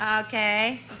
Okay